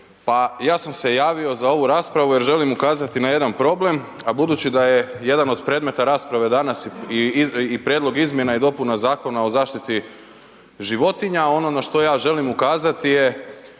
Pa ja sam se javio za ovu raspravu jer želim ukazati na jedan problem a budući da je jedan od predmeta rasprave danas i Prijedlog izmjena i dopuna Zakona o zaštiti životinja, ono na što ja želim ukazati je